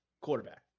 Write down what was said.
Quarterback